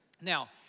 Now